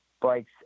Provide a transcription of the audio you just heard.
bikes